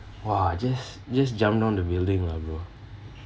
!wah! just just jump down the building lah bro